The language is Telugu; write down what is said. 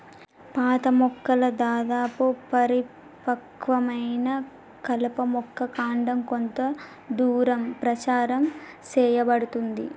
పాత మొక్కల దాదాపు పరిపక్వమైన కలప యొక్క కాండం కొంత దూరం ప్రచారం సేయబడుతుంది